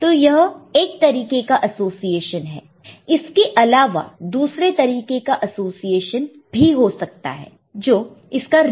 तो यह एक तरीके का एसोसिएशन है इसके अलावा दूसरे तरीके के एसोसिएशन भी हो सकता है जो इसका रिवर्स है